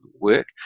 work